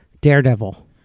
Daredevil